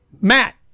Matt